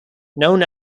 known